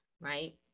right